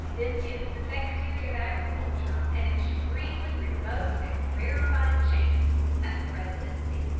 this gives the secretary of agriculture an extremely remote and rarefied chance at the presidency.